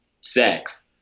sex